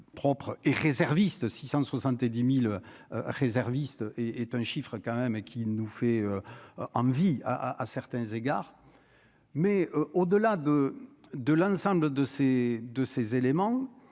propres et réservistes 670000 réservistes et est un chiffre quand même, et qui nous fait envie à à certains égards, mais au-delà de de l'ensemble de ses de ses